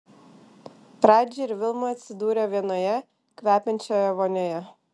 radži ir vilma atsidūrė vienoje kvepiančioje vonioje